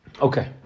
Okay